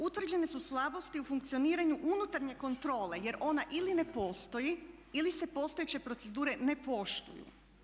Utvrđene su slabosti u funkcioniranju unutarnje kontrole jer ona ili ne postoji ili se postojeće procedure ne poštuju.